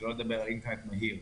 שלא לדבר על אינטרנט מהיר.